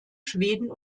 schweden